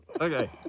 Okay